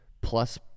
plus